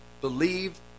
believe